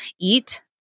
eat